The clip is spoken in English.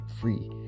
free